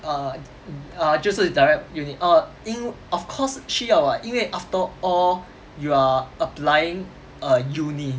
err err 就是 direct uni err 因 of course 需要 [what] 因为 after all you are applying a uni